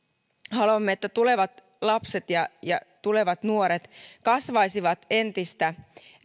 haluamme että tulevat lapset ja ja tulevat nuoret kasvaisivat entistä